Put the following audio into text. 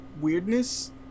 weirdness